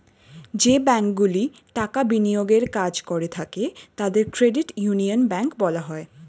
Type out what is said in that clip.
যে ব্যাঙ্কগুলি টাকা বিনিয়োগের কাজ করে থাকে তাদের ক্রেডিট ইউনিয়ন ব্যাঙ্ক বলা হয়